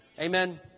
Amen